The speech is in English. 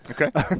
Okay